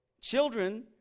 children